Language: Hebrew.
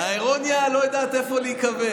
שר החינוך יואב קיש: האירוניה לא יודעת איפה להיקבר.